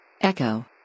Echo